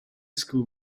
school